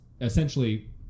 essentially